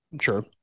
sure